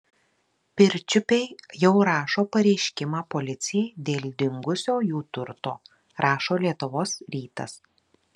pirčiupiai jau rašo pareiškimą policijai dėl dingusio jų turto rašo lietuvos rytas